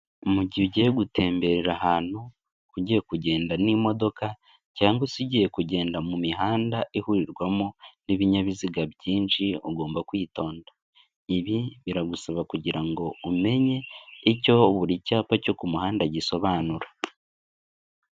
Mu gihe ugiye gutemberera ahantu, ugiye kugenda n'imodoka cyangwa se ugiye kugenda mu mihanda ihurirwamo n'ibinyabiziga byinshi, ugomba kwitonda. Ibi biragusaba kugira ngo umenye icyo buri cyapa cyo ku muhanda gisobanura.